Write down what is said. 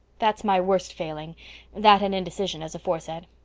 that's my worst failing that, and indecision, as aforesaid.